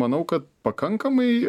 manau kad pakankamai